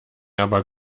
aber